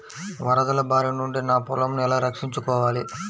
వరదల భారి నుండి నా పొలంను ఎలా రక్షించుకోవాలి?